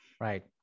Right